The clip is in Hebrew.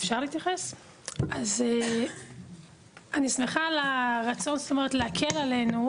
אני שמחה על הרצון להקל עלינו,